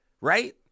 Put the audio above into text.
Right